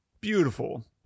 Beautiful